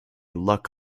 luc